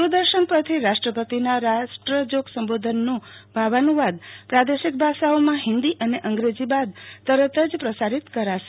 દૂરદર્શન પરથી રાષ્ટ્રપતિના રાષ્ટ્રજોગ સંબોધનનો ભાવાનુવાદ પ્રાદેશિક ભાષાઓમાં હિંદી અને અંગ્રેજી બાદ તરત જ પ્રસારીત કરાશે